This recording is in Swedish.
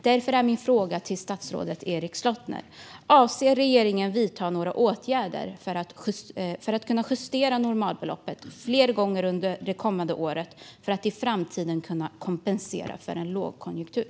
Därför är min fråga till statsrådet Erik Slottner: Avser regeringen att vidta några åtgärder för att justera normalbeloppet fler gånger under det kommande året och för att i framtiden kunna kompensera för en lågkonjunktur?